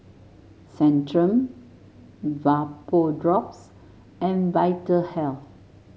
Centrum Vapodrops and Vitahealth